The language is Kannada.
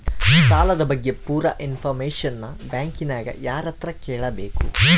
ಸಾಲದ ಬಗ್ಗೆ ಪೂರ ಇಂಫಾರ್ಮೇಷನ ಬ್ಯಾಂಕಿನ್ಯಾಗ ಯಾರತ್ರ ಕೇಳಬೇಕು?